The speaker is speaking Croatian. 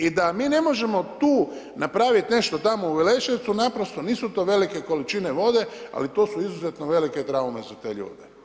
I da mi ne možemo tu napraviti nešto tamo u Veleševcu, naprosto nisu to velike količine vode ali to su izuzetno velike traume za te ljude.